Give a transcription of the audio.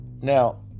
now